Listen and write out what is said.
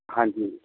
ਹਾਂਜੀ